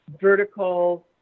vertical